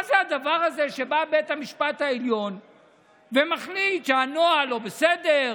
מה זה הדבר הזה שבא בית המשפט העליון ומחליט שהנוהל לא בסדר?